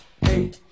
Hey